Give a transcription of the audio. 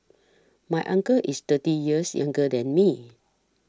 my uncle is thirty years younger than me